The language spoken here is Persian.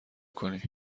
کنی